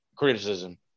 Criticism